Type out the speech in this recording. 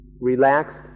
relaxed